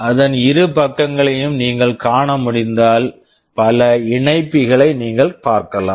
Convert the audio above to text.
அதன் இரு பக்கங்களையும் நீங்கள் காண முடிந்தால் பல இணைப்பிகளை நீங்கள் பார்க்கலாம்